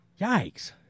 Yikes